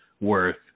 worth